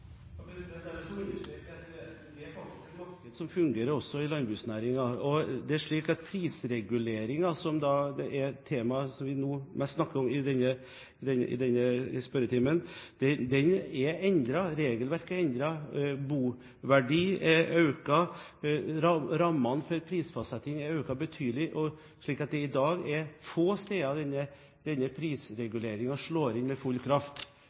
at det er faktisk et marked som fungerer, også i landbruksnæringen. Det er slik at når det gjelder prisreguleringer, som er det temaet vi nå mest snakker om i denne spørretimen, er de endret. Regelverket er endret, boverdien er økt, rammene for prisfastsetting er økt betydelig, slik at det i dag er få steder hvor denne prisreguleringen slår inn med full kraft.